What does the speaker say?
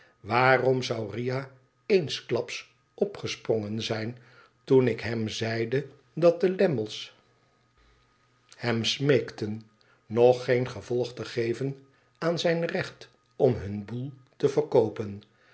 waarom zou riah eensklaps opgesprongen zijn toen ik hem zeide dat de lammies hem smeekten nog geen gevolg te geven aan zijn recht om hun boel te verkoopen